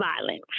violence